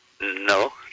No